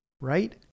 right